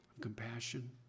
compassion